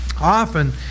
often